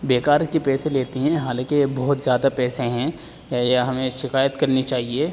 بے کار کے پیسے لیتی ہیں حالانکہ بہت زیادہ پیسے ہیں یہ ہمیں شکایت کرنی چاہیے